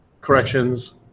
corrections